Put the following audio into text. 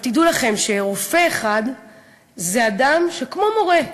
אבל תדעו לכם שרופא אחד זה אדם, כמו מורה,